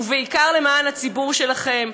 ובעיקר למען הציבור שלכם,